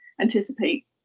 anticipate